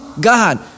God